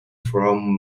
from